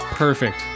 Perfect